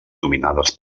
dominades